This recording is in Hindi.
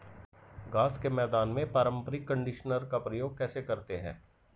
घास के मैदान में पारंपरिक कंडीशनर का प्रयोग कैसे करते हैं?